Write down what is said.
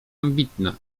ambitna